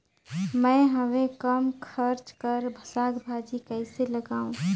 मैं हवे कम खर्च कर साग भाजी कइसे लगाव?